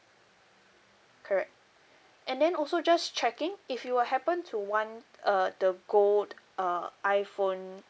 correct and then also just checking if you were happen to want uh the gold uh iphone